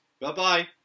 Bye-bye